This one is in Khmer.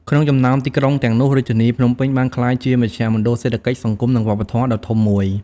ក្នុងចំណោមទីក្រុងទាំងនោះ រាជធានីភ្នំពេញបានក្លាយជាមជ្ឈមណ្ឌលសេដ្ឋកិច្ច សង្គម និងវប្បធម៌ដ៏ធំមួយ។